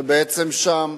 זה בעצם שם,